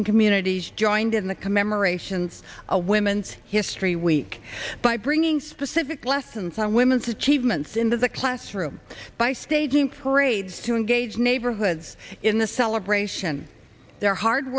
and communities joined in the commemorations a women's history week by bringing specific lessons on women's achievements in the classroom by staging parades to engage neighborhoods in the celebration their hard